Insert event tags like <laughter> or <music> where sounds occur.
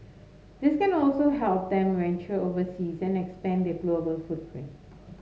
this <unintelligible> also help them venture overseas and expand their global footprint